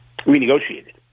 renegotiated